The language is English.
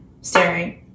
staring